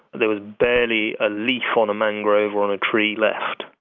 there was barely a leaf on a mangrove or on a tree left.